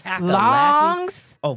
Longs